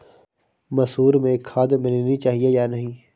मसूर में खाद मिलनी चाहिए या नहीं?